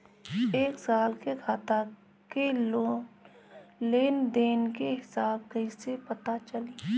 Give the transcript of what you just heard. एक साल के खाता के लेन देन के हिसाब कइसे पता चली?